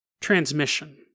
transmission